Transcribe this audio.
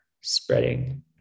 spreading